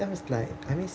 that was like I mean